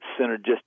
synergistic